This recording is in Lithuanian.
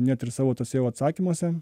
net ir savo tuose jau atsakymuose